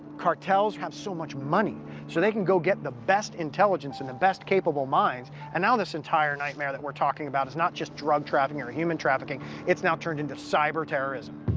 cartels have so much money, so they can go get the best intelligence and the best-capable minds. and now this entire nightmare that we're talking about is not just drug-trafficking or human-trafficking. it's now turned into cyber-terrorism.